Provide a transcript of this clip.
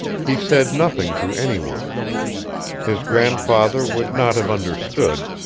he said nothing to any one his grandfather would not have understood,